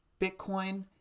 Bitcoin